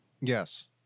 Yes